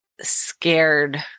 scared